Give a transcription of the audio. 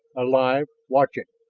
alive watching.